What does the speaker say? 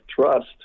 trust